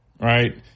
right